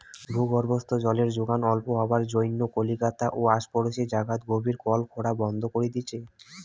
ভূগর্ভস্থ জলের যোগন অল্প হবার জইন্যে কলিকাতা ও আশপরশী জাগাত গভীর কল খোরা বন্ধ করি দিচে